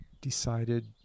decided